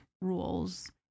rules